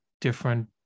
different